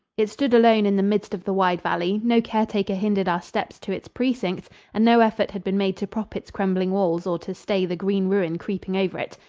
it stood alone in the midst of the wide valley no caretaker hindered our steps to its precincts and no effort had been made to prop its crumbling walls or to stay the green ruin creeping over it.